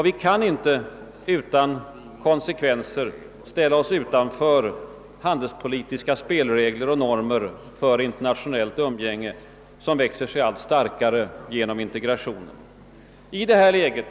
Vi kan inte utan konsekvenser ställa oss utanför handelspolitiska spelregler och normer för internationellt umgänge som växer sig allt starkare genom integrationen. Herr talman!